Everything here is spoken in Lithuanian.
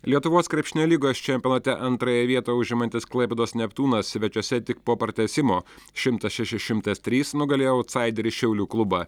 lietuvos krepšinio lygos čempionate antrąją vietą užimantis klaipėdos neptūnas svečiuose tik po pratęsimo šimtas šeši šimtas trys nugalėjo autsaiderį šiaulių klubą